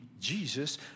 Jesus